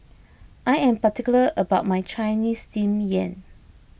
I am particular about my Chinese Steamed Yam